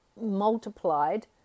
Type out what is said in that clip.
multiplied